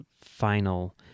final